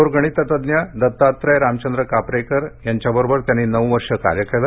थोर गणिततज्ज्ञ दतात्रेय रामचंद्र कापरेकर यांच्याबरोबर त्यांनी नऊ वर्षे कार्य केलं